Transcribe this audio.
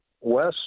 west